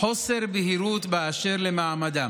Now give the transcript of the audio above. חוסר בהירות באשר למעמדם.